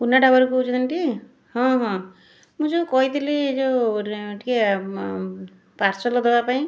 କୁନା ଢାବାରୁ କହୁଛନ୍ତିଟି ହଁ ହଁ ମୁଁ ଯେଉଁ କହିଥିଲି ଯେଉଁ ଟିକିଏ ପାର୍ସଲ ଦେବାପାଇଁ